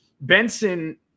Benson